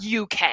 UK